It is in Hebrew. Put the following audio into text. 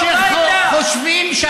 שחושבים, הביתה.